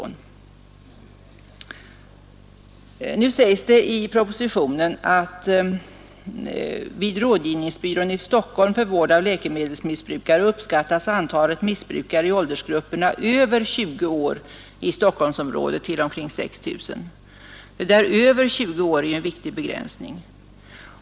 Nu sägs det i propositionen att vid rådgivningsbyrån i Stockholm för vård av läkemedelsmissbrukare uppskattas antalet missbrukare i åldersgrupperna över 20 år i Stockholmsområdet till omkring 6 000. Att siffran gäller åldrarna över 20 år är ju en viktig begränsning.